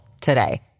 today